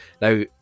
Now